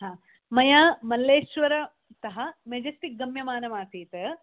हा मया मल्लेश्वर तः मेजेस्टिक् गम्यमानमासीत्